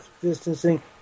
distancing